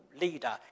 leader